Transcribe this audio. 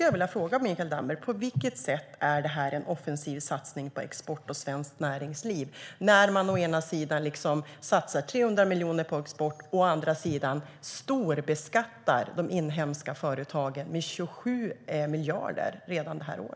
Jag vill fråga Mikael Damberg: På vilket sätt är det en offensiv satsning på export och svenskt näringsliv när man å ena sidan satsar 300 miljoner på export och å andra sidan storbeskattar de inhemska företagen med 27 miljarder redan detta år?